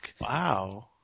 Wow